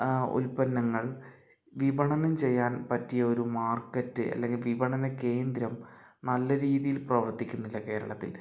ഉൽപ്പന്നങ്ങൾ വിപണനം ചെയ്യാൻ പറ്റിയ ഒരു മാർക്കറ്റ് അല്ലെങ്കിൽ വിപണന കേന്ദ്രം നല്ല രീതിയിൽ പ്രവർത്തിക്കുന്നില്ല കേരളത്തിൽ